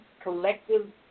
collective